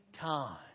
time